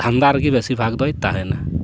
ᱫᱷᱟᱱᱫᱟ ᱨᱮᱜᱮ ᱵᱮᱥᱤᱨ ᱵᱷᱟᱜᱽ ᱫᱚᱭ ᱛᱟᱦᱮᱱᱟ